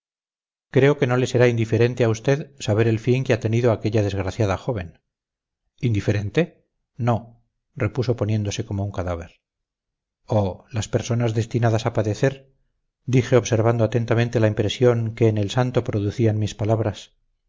creo que no le será indiferente a usted saber el fin que ha tenido aquella desgraciada joven indiferente no repuso poniéndose como un cadáver oh las personas destinadas a padecer dije observando atentamente la impresión que en el santo producían mis palabras